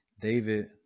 David